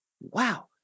Wow